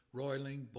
roiling